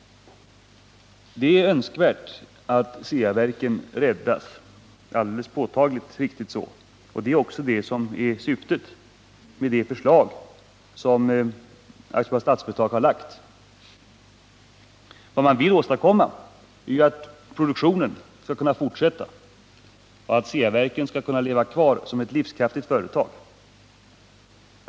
Det är önskvärt att Ceaverken räddas — det är alldeles riktigt. Det är också det som är syftet med den åtgärd som Statsföretag AB nu söker vidta. Vad man vill åstadkomma är att produktionen skall kunna fortsätta och att Ceaverken skall kunna leva kvar som ett livskraftigt företag.